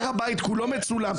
הר הבית כולו מצולם.